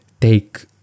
Take